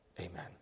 Amen